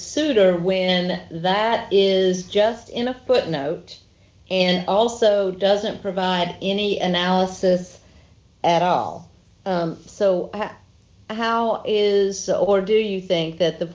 souter when that is just in a footnote and also doesn't provide any analysis at all so how is or do you think that the